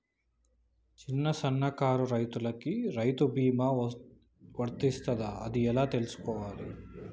చిన్న సన్నకారు రైతులకు రైతు బీమా వర్తిస్తదా అది ఎలా తెలుసుకోవాలి?